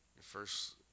first